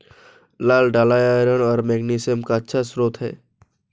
लाल दालआयरन और मैग्नीशियम का अच्छा स्रोत है